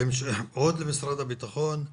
עוד למשרד הבטחון,